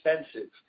expensive